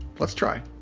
let's try.